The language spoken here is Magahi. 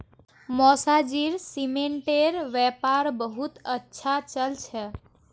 मौसाजीर सीमेंटेर व्यापार बहुत अच्छा चल छ